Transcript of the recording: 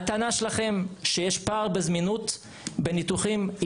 הטענה שלכם שיש פער בזמינות בניתוחים היא